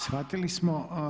Shvatili smo.